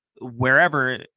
wherever